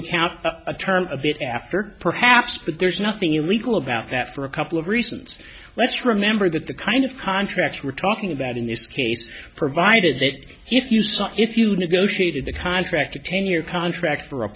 account a term of it after perhaps but there's nothing illegal about that for a couple of reasons let's remember that the kind of contracts we're talking about in this case provided that if you saw if you negotiated a contract a ten year contract for a